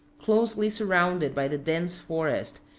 closely surrounded by the dense forest,